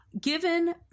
given